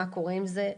מה קורה עם זה?